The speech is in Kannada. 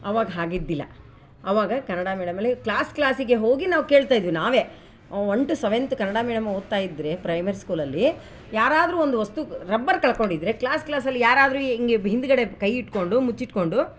ಆವಾಗ ಹಾಗೆ ಇದ್ದಿಲ್ಲ ಆವಾಗ ಕನ್ನಡ ಮೀಡಿಯಮ್ನಲ್ಲಿ ಕ್ಲಾಸ್ ಕ್ಲಾಸಿಗೆ ಹೋಗಿ ನಾವು ಕೇಳ್ತಾ ಇದ್ವಿ ನಾವೇ ಒನ್ ಟು ಸವೆಂತ್ ಕನ್ನಡ ಮೀಡಿಯಮ್ಗೆ ಹೋಗ್ತ ಇದ್ರೆ ಪ್ರೈಮರಿ ಸ್ಕೂಲಲ್ಲಿ ಯಾರಾದರು ಒಂದು ವಸ್ತು ರಬ್ಬರ್ ಕಳ್ಕೊಂಡಿದ್ರೆ ಕ್ಲಾಸ್ ಕ್ಲಾಸಲ್ಲಿ ಯಾರಾದರು ಹಿಂಗೆ ಹಿಂದುಗಡೆ ಕೈ ಇಟ್ಕೊಂಡು ಮುಚ್ಚಿಟ್ಕೊಂಡು